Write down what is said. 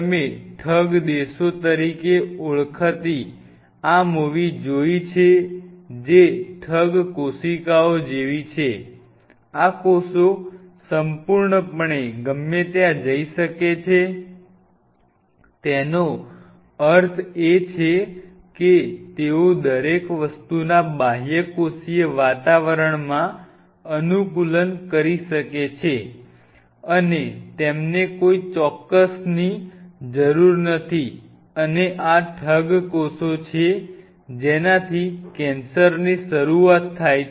તમે ઠગ દેશો તરીકે ઓળખાતી આ મૂવી જોઈ છે જે ઠગ કોશિકાઓ જેવી છે આ કોષો સંપૂર્ણપણે ગમે ત્યાં જઈ શકે છે તેનો અર્થ એ છે કે તેઓ દરેક વસ્તુના બાહ્યકોષીય વાતાવરણમાં અનુકૂલન કરી શકે છે અને તેમને કોઇ ચોક્કસની જરૂર નથી અને આ ઠગ કોષો છે જેનાથી કેન્સરની શરૂઆત થાય છે